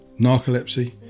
narcolepsy